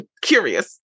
curious